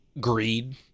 greed